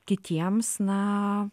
kitiems na